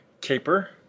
Caper